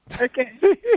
Okay